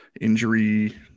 injury